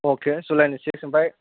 अके जुलाइनि सिक्स आमफाय